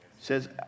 says